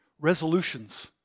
Resolutions